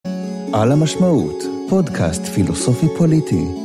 על המשמעות פודקאסט פילוסופי פוליטי